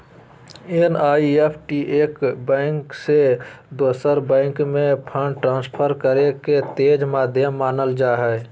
NEFT एक bank से दोसर बैंक में फंड ट्रांसफर करे के तेज माध्यम मानल जा हय